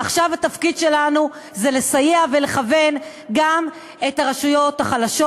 עכשיו התפקיד שלנו הוא לסייע ולכוון גם את הרשויות החלשות.